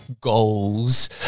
goals